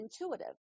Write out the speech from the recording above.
intuitive